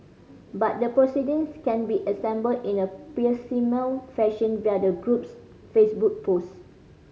but the proceedings can be assembled in a piecemeal fashion via the group's Facebook post